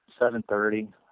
7:30